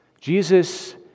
Jesus